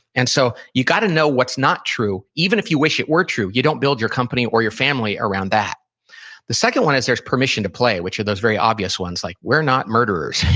and so, you gotta know what's not true, even if you wish it were true. you don't build your company or your family around that the second one is there's permission to play, which are those very obvious ones like, we're not murderers.